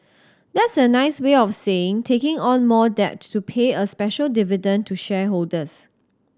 that's a nice way of saying taking on more debt to pay a special dividend to shareholders